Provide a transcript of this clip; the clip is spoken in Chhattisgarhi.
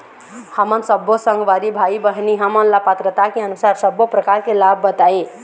हमन सब्बो संगवारी भाई बहिनी हमन ला पात्रता के अनुसार सब्बो प्रकार के लाभ बताए?